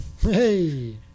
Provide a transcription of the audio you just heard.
Hey